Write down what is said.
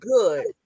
good